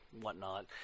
whatnot